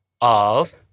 of-